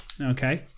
okay